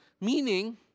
Meaning